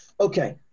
okay